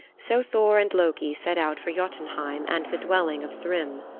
so thor and loki set out for jotunheim and the dwelling of thrym.